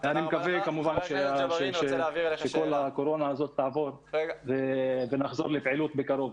אני מקווה כמובן שכל הקורונה הזאת תעבור ונחזור לפעילות בקרוב.